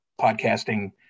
podcasting